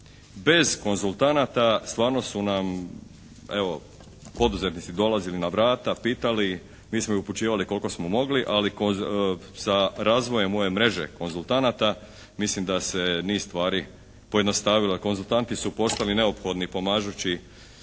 Bez konzultanata stvarno su nam evo poduzetnici dolazili na vrata, pitali. Mi smo ih upućivali koliko smo mogli, ali sa razvojem ove mreže konzultanata mislim da se niz stvari pojednostavilo. Konzultanti su postali neophodni pomažući